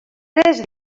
tres